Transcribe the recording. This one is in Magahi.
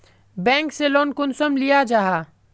बैंक से लोन कुंसम लिया जाहा?